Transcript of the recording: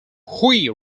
hui